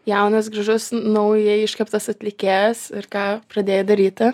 jaunas gražus naujai iškeptas atlikėjas ir ką pradėjai daryti